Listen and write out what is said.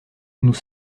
nous